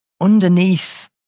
underneath